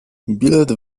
bilet